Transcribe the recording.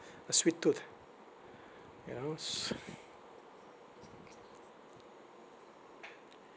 a sweet tooth you knows